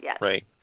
right